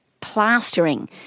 plastering